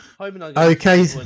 Okay